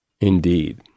Indeed